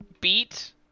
beat